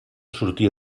sortia